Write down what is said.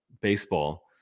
baseball